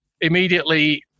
immediately